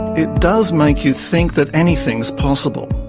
it does make you think that anything's possible,